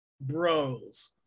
bros